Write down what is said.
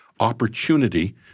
opportunity